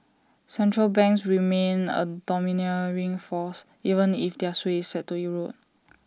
central banks remain A domineering force even if their sway is set to erode